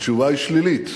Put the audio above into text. התשובה היא שלילית.